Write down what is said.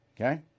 Okay